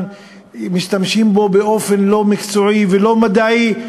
שמשתמשים בו באופן לא מקצועי ולא מדעי.